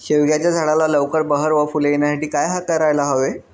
शेवग्याच्या झाडाला लवकर बहर व फूले येण्यासाठी काय करायला हवे?